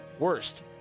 Worst